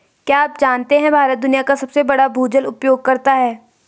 क्या आप जानते है भारत दुनिया का सबसे बड़ा भूजल उपयोगकर्ता है?